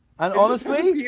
and honestly,